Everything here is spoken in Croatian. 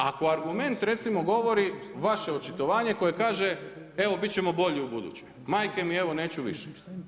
Ako argument recimo govori, vaše očitovanje koje kaže, evo biti ćemo bolji ubuduće, majke mi evo neću više.